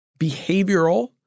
behavioral